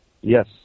Yes